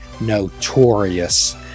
notorious